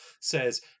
says